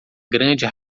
grande